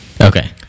Okay